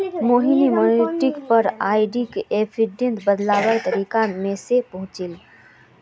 मोहिनी मैच्योरिटीर पर आरडीक एफ़डीत बदलवार तरीका मो से पूछले